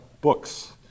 books